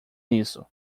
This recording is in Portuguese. nisso